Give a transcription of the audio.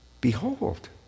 behold